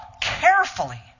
carefully